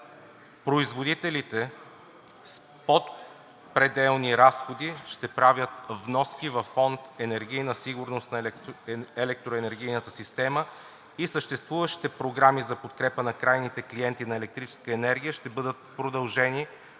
производителите под пределни разходи ще правят вноски към фонд „Сигурност“ на електроенергийната система и съществуващи програми за подкрепа на крайни клиенти на електрическа енергия ще бъдат продължени